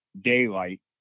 daylight